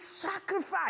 sacrifice